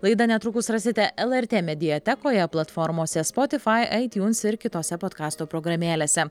laidą netrukus rasite lrt mediatekoje platformose spotifai aitiuns ir kitose podkasto programėlėse